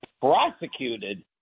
prosecuted